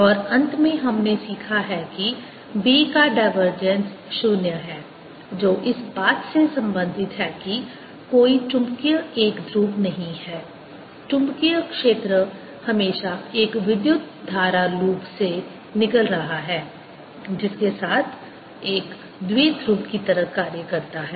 और अंत में हमने सीखा है कि B का डाइवर्जेंस 0 है जो इस बात से संबंधित है कि कोई चुंबकीय एकध्रुव नहीं हैं चुंबकीय क्षेत्र हमेशा एक विद्युत धारा लूप से निकल रहा है जिसके साथ एक द्विध्रुव की तरह कार्य करता है